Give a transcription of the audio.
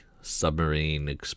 submarine